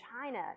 China